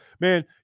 Man